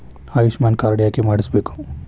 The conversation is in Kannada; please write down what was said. ಆಯುಷ್ಮಾನ್ ಕಾರ್ಡ್ ಯಾಕೆ ಮಾಡಿಸಬೇಕು?